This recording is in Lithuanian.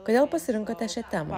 kodėl pasirinkote šią temą